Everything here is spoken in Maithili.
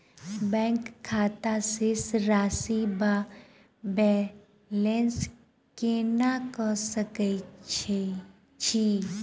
बैंक खाता शेष राशि वा बैलेंस केना कऽ सकय छी?